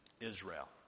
Israel